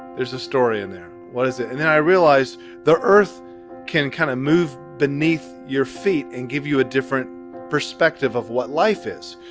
there's a story in there. what is it? and then i realized the earth can kind of move beneath your feet and give you a different perspective of what life is.